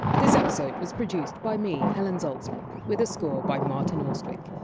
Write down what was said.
this episode was produced by me, helen zaltzman, with a score by martin austwick.